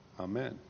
Amen